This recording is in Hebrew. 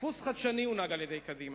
דפוס חדשני הונהג על-ידי קדימה,